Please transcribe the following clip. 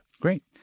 Great